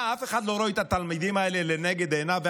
מה, אף אחד לא רואה את התלמידים האלה לנגד עיניו?